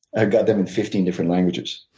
i've got them in fifteen different languages.